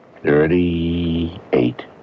Thirty-eight